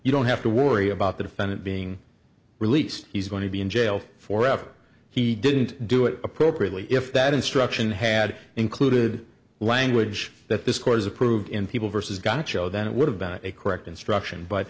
you don't have to worry about the defendant being released he's going to be in jail for up he didn't do it appropriately if that instruction had included language that this court is approved in people versus gun show then it would have been a correct instruction but